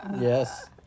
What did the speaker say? Yes